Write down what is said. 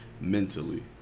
mentally